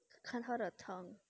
你看它的 tongue